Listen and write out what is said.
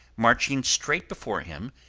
marching straight before him,